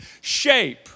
shape